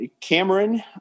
Cameron